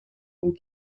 aux